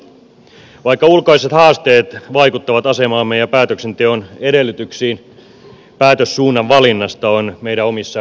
vaikka ulkoiset haasteet vaikuttavat asemaamme ja päätöksenteon edellytyksiin päätös suunnan valinnasta on meidän omissa käsissämme